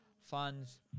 funds